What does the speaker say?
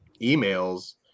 emails